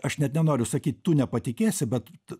aš net nenoriu sakyt tu nepatikėsi bet